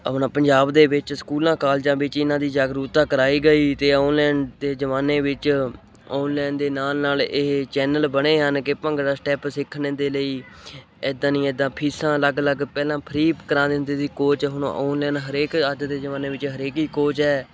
ਆਪਣਾ ਪੰਜਾਬ ਦੇ ਵਿੱਚ ਸਕੂਲਾਂ ਕਾਲਜਾਂ ਵਿੱਚ ਇਹਨਾਂ ਦੀ ਜਾਗਰੂਕਤਾ ਕਰਵਾਈ ਗਈ ਅਤੇ ਆਨਲਾਈਨ ਅਤੇ ਜ਼ਮਾਨੇ ਵਿੱਚ ਆਨਲਾਈਨ ਦੇ ਨਾਲ ਨਾਲ ਇਹ ਚੈਨਲ ਬਣੇ ਹਨ ਕਿ ਭੰਗੜਾ ਸਟੈਪ ਸਿੱਖਣ ਦੇ ਲਈ ਇੱਦਾਂ ਨਹੀਂ ਇੱਦਾਂ ਫੀਸਾਂ ਅਲੱਗ ਅਲੱਗ ਪਹਿਲਾਂ ਫਰੀ ਕਰਵਾ ਦਿੰਦੇ ਸੀ ਕੋਚ ਹੁਣ ਆਨਲਾਈਨ ਹਰੇਕ ਅੱਜ ਦੇ ਜ਼ਮਾਨੇ ਵਿੱਚ ਹਰੇਕ ਹੀ ਕੋਚ ਹੈ